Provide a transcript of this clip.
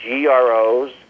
GROs